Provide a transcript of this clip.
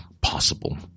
possible